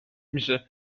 میشه